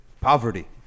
poverty